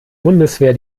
bundeswehr